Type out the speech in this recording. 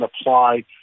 apply